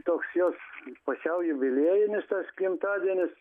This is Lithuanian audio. toks jos pusiau jubiliejinis tas gimtadienis